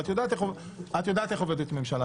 ואת יודעת איך עובדת ממשלה,